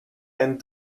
and